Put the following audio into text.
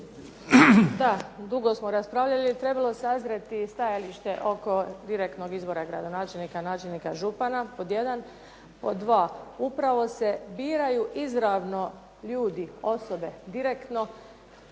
Da, dugo smo raspravljali jer je trebalo sazrjeti stajalište oko direktnog izbora načelnika, gradonačelnika, župana pod jedan. Pod dva, upravo se biraju izravno ljudi, osobe direktno